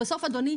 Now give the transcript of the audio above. ואני אפרוט.